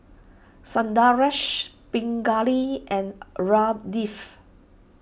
Sundaresh Pingali and Ramdev